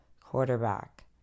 quarterback